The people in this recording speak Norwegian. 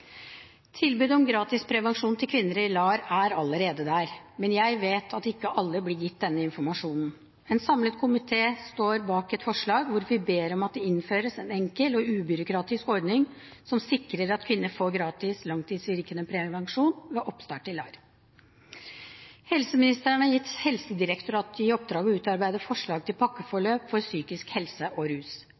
Tilbud om gratis prevensjon til kvinner i LAR er allerede der, men jeg vet at ikke alle blir gitt denne informasjonen. En samlet komité står bak et forslag hvor vi ber om at det innføres en enkel og ubyråkratisk ordning som sikrer at kvinner får gratis langtidsvirkende prevensjon ved oppstart i LAR. Helseministeren har gitt Helsedirektoratet i oppdrag å utarbeide forslag til pakkeforløp for psykisk helse og rus.